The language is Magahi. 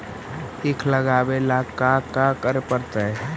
ईख लगावे ला का का करे पड़तैई?